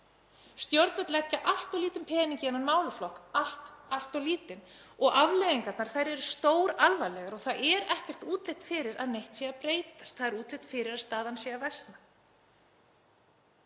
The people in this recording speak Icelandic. Stjórnvöld leggja allt of lítinn pening í þennan málaflokk, allt of lítinn, og afleiðingarnar eru stóralvarlegur og það er ekkert útlit fyrir að neitt sé að breytast. Það er útlit fyrir að staðan sé að versna.